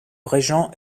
régent